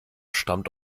stammt